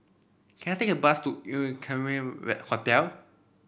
can I take a bus to Equarius Hotel